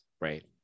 right